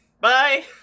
Bye